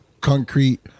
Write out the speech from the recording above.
concrete